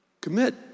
Commit